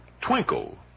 Twinkle